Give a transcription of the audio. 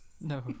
No